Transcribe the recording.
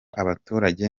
abaturage